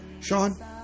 Sean